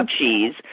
cheese